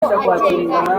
agenga